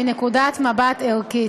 מנקודת מבט ערכית.